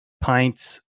pints